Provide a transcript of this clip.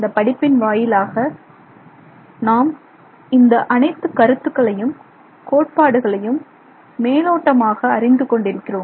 இந்த படிப்பின் வாயிலாக நாம் இந்த அனைத்து கருத்துகளையும் கோட்பாடுகளையும் மேலோட்டமாக அறிந்து கொண்டிருக்கிறோம்